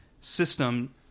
system –